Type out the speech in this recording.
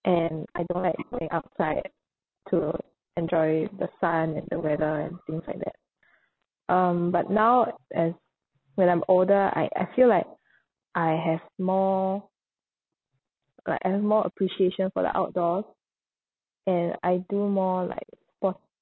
and I don't like being outside to enjoy the sun and the weather and things like that um but now as when I'm older I I feel like I have more like I have more appreciation for the outdoors and I do more like